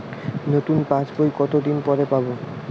নতুন পাশ বই কত দিন পরে পাবো?